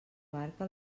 barca